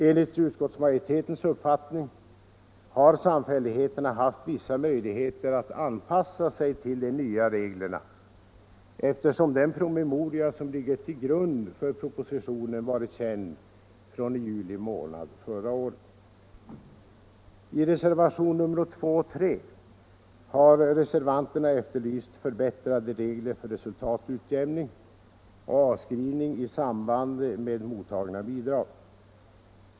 Enligt utskottsmajoritetens uppfattning har samfälligheterna haft vissa möjligheter att anpassa sig till de nya reglerna eftersom den promemoria som ligger till grund för propositionen varit känd från juli månad förra året. I reservationerna 2 och 3 har reservanterna efterlyst förbättrade regler för resultatutjämning och avskrivning i samband med mottagna bidrag.